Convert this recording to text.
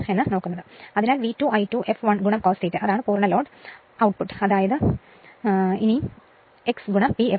അതിനാൽ V2 I2 fl cos ∅2 അതാണ് പൂർണ്ണ load output X P fl